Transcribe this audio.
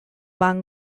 van